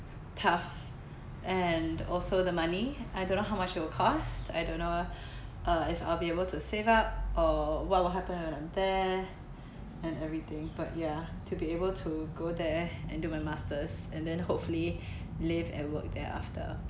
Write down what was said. tough and also the money I don't know how much it will cost I don't know uh if I'll be able to save up or what will happen and then and everything but ya to be able to go there and do my masters and then hopefully live and work there after